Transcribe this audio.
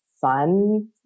fun